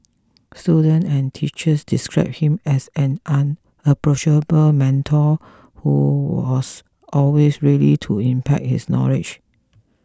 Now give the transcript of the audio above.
students and teachers described him as an approachable mentor who was always ready to impart his knowledge